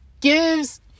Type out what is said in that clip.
gives